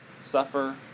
suffer